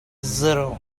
zero